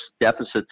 deficits